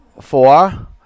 Four